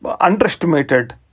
underestimated